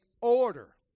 order